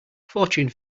fortune